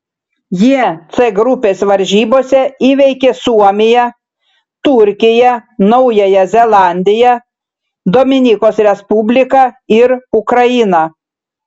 jie c grupės varžybose įveikė suomiją turkiją naująją zelandiją dominikos respubliką ir ukrainą